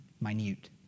minute